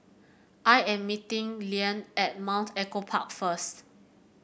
I am meeting Liane at Mount Echo Park first